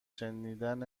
شنیدن